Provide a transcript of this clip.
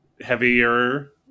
heavier